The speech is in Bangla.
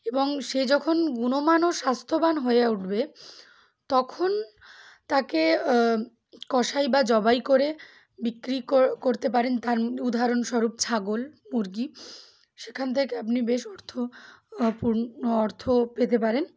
এবং সে যখন গুণমানও স্বাস্থ্যবান হয়ে উঠবে তখন তাকে কষাই বা জবাই করে বিক্রি করতে পারেন তার উদাহরণস্বরূপ ছাগল মুরগি সেখান থেকে আপনি বেশ অর্থ পূ অর্থ পেতে পারেন